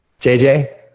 JJ